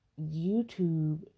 youtube